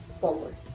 forward